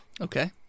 Okay